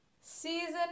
season